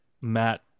Matt